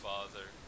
Father